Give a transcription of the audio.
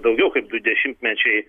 daugiau kaip du dešimtmečiai